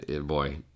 boy